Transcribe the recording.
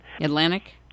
Atlantic